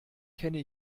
kenne